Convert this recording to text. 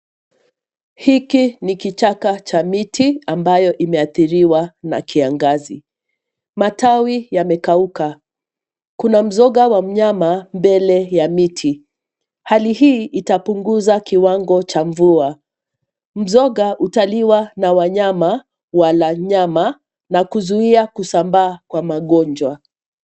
Hiki ni kichaka cha miti ambayo imehadhiriwa na kiangazi. Matawi yamekauka, kuna mzoga wa mnyama mbele ya miti. Hali hii itapunguza kiwango cha mvua. Mzoga utaliwa na wanyama walanyama na kuzuia kusambaa kwa magonjwa.